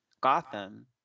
Gotham